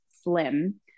slim